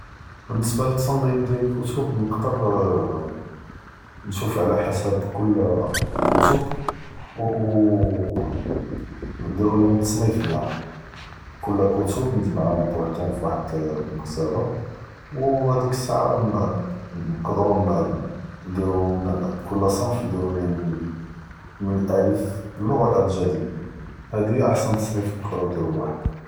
באלניסבה ל ת’נז’ים דיאל אלכוטוב, נقدر, נושוף עלא חסאב קול כותוב, ו נדרולם אלת’סניף דיאלהם, קול כותוב נג’מעום בוחדום פ וחד אלמכתבה, והד’יק אלשעה נقدر נדירום קול סנאף נדרולם עונוואן מן אלתע’ריף ללוג’ה אלאבג’דיה, הדי היא אהסן ת’סניף יقدרו ידירו וואחד.